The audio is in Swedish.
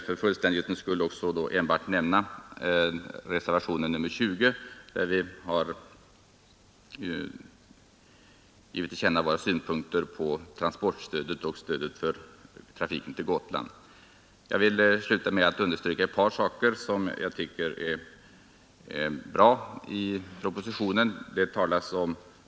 För fullständighetens skull vill jag också nämna reservationen 20, i vilken vi har givit till känna våra synpunkter på transportstödet och stödet till trafiken på Gotland. Slutligen vill jag understryka ett par saker som jag tycker är bra i propositionen i avsnittet angående åtgärderna.